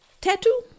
tattoo